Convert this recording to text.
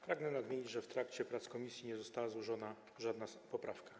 Pragnę nadmienić, że w trakcie prac komisji nie została złożona żadna poprawka.